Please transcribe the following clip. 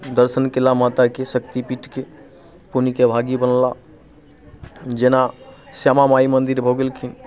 दर्शन कयलाह माताके शक्तिपीठके पुण्यके भागी बनलाह जेना श्यामा माइ मन्दिर भऽ गेलखिन